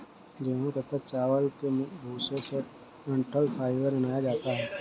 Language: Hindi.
गेहूं तथा चावल के भूसे से डठंल फाइबर बनाया जाता है